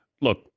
Look